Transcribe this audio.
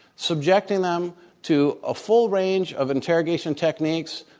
subjecting them to a full range of interrogation techniques,